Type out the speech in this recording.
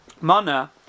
mana